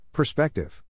Perspective